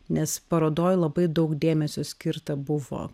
nes parodoj labai daug dėmesio skirta buvo